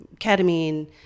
ketamine